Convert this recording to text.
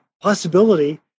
possibility